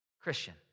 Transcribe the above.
Christian